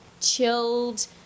chilled